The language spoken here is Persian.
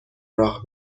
راه